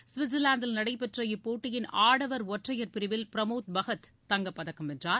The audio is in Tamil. ஸ்விட்சர்லாந்தில் நடைபெற்ற இப்போட்டியின் ஆடவர் ஒற்றையர் பிரிவில் பிரமோத் பகத் தங்கப் பதக்கம் வென்றார்